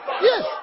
Yes